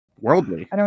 Worldly